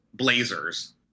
blazers